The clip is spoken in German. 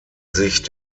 sich